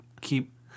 Keep